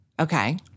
Okay